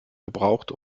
gebraucht